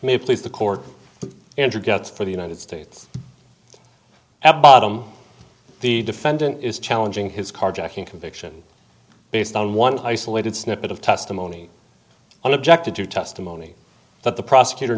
may please the court intra gets for the united states a bottom the defendant is challenging his carjacking conviction based on one isolated snippet of testimony and objected to testimony that the prosecutor